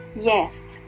Yes